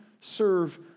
serve